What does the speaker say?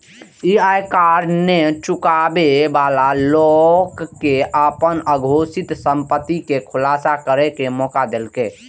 ई आयकर नै चुकाबै बला लोक कें अपन अघोषित संपत्ति के खुलासा करै के मौका देलकै